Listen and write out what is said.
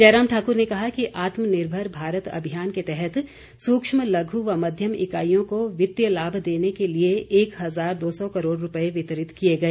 जयराम ठाकुर ने कहा कि आत्म निर्भर भारत अभियान के तहत सूक्ष्म लघु व मध्यम इकाईयों को वित्तीय लाभ देने के लिए एक हजार दो सौ करोड़ रूपए वितरित किए गए